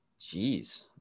Jeez